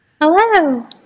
Hello